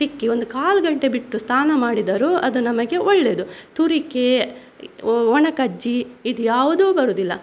ತಿಕ್ಕಿ ಒಂದು ಕಾಲು ಗಂಟೆ ಬಿಟ್ಟು ಸ್ನಾನ ಮಾಡಿದರು ಅದು ನಮಗೆ ಒಳ್ಳೆಯದು ತುರಿಕೆ ಒಣ ಕಜ್ಜಿ ಇದ್ಯಾವುದು ಬರುವುದಿಲ್ಲ